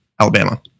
Alabama